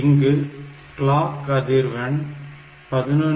இங்கு கிளாக் அதிர்வெண் 11